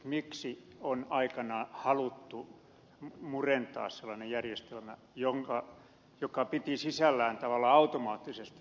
miksi on aikanaan haluttu murentaa sellainen järjestelmä joka piti sisällään tavallaan automaattisesti maltilliset palkkaratkaisut